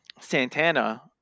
Santana